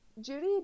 Judy